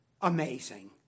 amazing